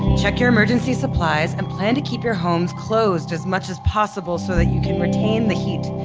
check your emergency supplies, and plan to keep your homes closed as much as possible so that you can retain the heat.